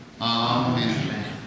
Amen